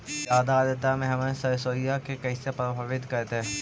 जादा आद्रता में हमर सरसोईय के कैसे प्रभावित करतई?